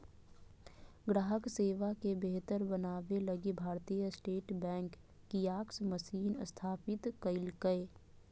ग्राहक सेवा के बेहतर बनाबे लगी भारतीय स्टेट बैंक कियाक्स मशीन स्थापित कइल्कैय